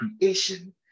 creation